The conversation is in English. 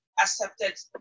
accepted